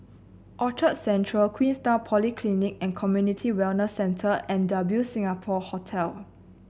Orchard Central Queenstown Polyclinic and Community Wellness Centre and W Singapore Hotel